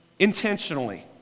intentionally